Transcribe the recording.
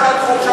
מאה אחוז.